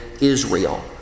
Israel